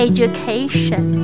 Education